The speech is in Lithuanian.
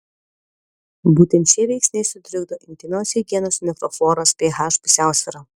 būtent šie veiksniai sutrikdo intymios higienos mikrofloros ph pusiausvyrą